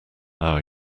our